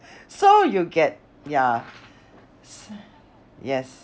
so you get ya yes